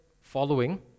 following